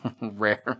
rare